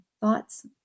thoughts